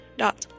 dot